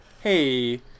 Hey